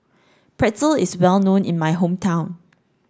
Pretzel is well known in my hometown